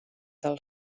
del